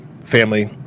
family